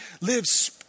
lives